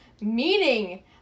Meaning